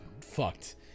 fucked